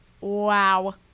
wow